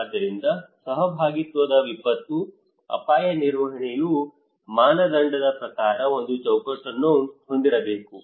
ಆದ್ದರಿಂದ ಸಹಭಾಗಿತ್ವದ ವಿಪತ್ತು ಅಪಾಯ ನಿರ್ವಹಣೆಯು ಮಾನದಂಡದ ಪ್ರಕಾರಕ್ಕೆ ಒಂದು ಚೌಕಟ್ಟನ್ನು ಹೊಂದಿರಬೇಕು